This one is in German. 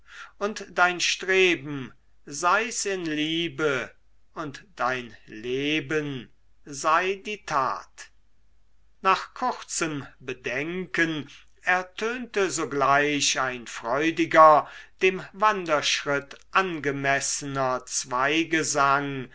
und dein streben sei's in liebe und dein leben sei die tat nach kurzem bedenken ertönte sogleich ein freudiger dem wanderschritt angemessener